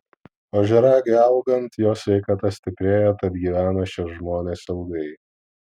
ožiaragiui augant jo sveikata stiprėja tad gyvena šie žmonės ilgai